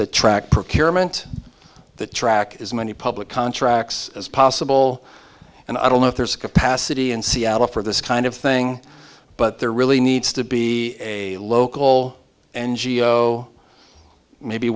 that track procurement that track as many public contracts as possible and i don't know if there's a capacity in seattle for this kind of thing but there really needs to be a local angio maybe